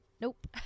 nope